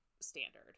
standard